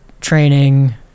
training